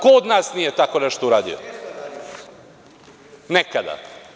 Ko od nas nije tako nešto uradio nekada?